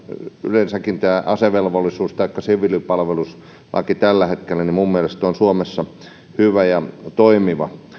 yleensäkin asevelvollisuus taikka siviilipalveluslaki tällä hetkellä minun mielestäni on suomessa hyvä ja toimiva